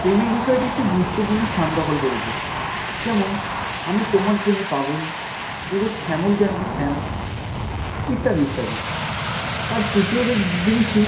প্রেমের বিষয়টি একটি গুরুত্বপূর্ণ স্থান দখল করেছে যেমন ইত্যাদি ইত্যাদি আর তৃতীয় যে জিনিসটি